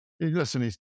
Listen